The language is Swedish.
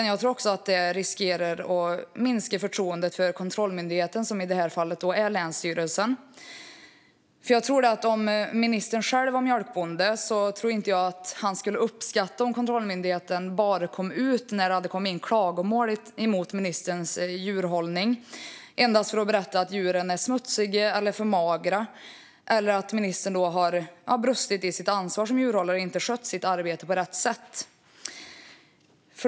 Jag tror också att det riskerar att minska förtroendet för kontrollmyndigheten, som i detta fall är länsstyrelsen. Om ministern själv var mjölkbonde tror jag inte att han skulle uppskatta om kontrollmyndigheten kom ut bara när det kommit in klagomål mot hans djurhållning och endast för att berätta att djuren är smutsiga eller för magra eller att ministern har brustit i sitt ansvar som djurhållare och inte skött sitt arbete på rätt sätt.